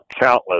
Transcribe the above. countless